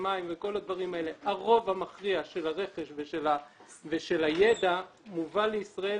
מים וכל הדברים האלה הרוב המכריע של הרכש ושל הידע מובא לישראל